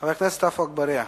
חבר הכנסת עפו אגבאריה.